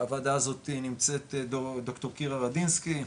בוועדה הזאתי נמצאת דוקטור קירה רדינסקי,